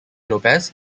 lopez